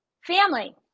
Family